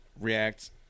react